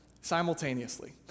simultaneously